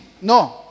No